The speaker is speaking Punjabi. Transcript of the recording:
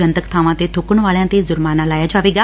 ਜਨਤਕ ਬਾਵਾਂ ਤੇ ਬੁਕੱਣ ਵਾਲਿਆਂ ਤੇ ਜੁਰਮਾਨਾ ਲਾਇਆ ਜਾਏਗਾ